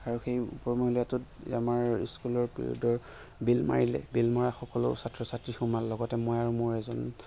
আৰু সেই ওপৰৰ মহলীয়াটোত আমাৰ স্কুলৰ পিৰিয়ডৰ বেল মাৰিলে বেল মৰা সকলো ছাত্ৰ ছাত্ৰী সোমাল লগতে মই আৰু মোৰ এজন